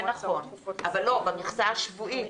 זה נכון, אבל במכסה השבועית.